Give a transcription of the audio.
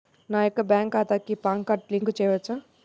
నా యొక్క బ్యాంక్ ఖాతాకి పాన్ కార్డ్ లింక్ చేయవచ్చా?